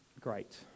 great